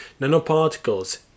nanoparticles